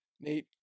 Nate